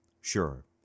Sure